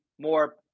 more